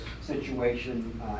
situation